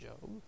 Job